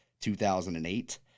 2008